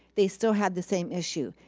they still had the same issue.